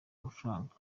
amafaranga